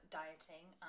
dieting